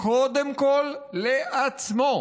קודם כול לעצמו.